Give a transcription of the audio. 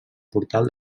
portal